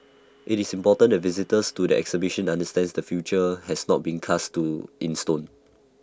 IT is important the visitors to the exhibition understand the future has not been cast in stone